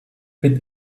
bit